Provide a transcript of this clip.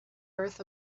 earth